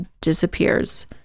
disappears